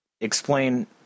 explain